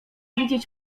widzieć